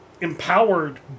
empowered